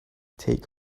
take